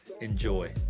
Enjoy